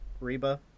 Reba